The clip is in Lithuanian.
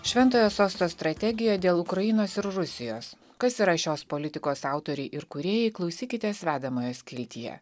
šventojo sosto strategija dėl ukrainos ir rusijos kas yra šios politikos autoriai ir kūrėjai klausykitės vedamojo skiltyje